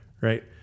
Right